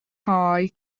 high